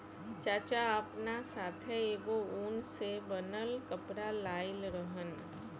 चाचा आपना साथै एगो उन से बनल कपड़ा लाइल रहन